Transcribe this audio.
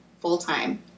full-time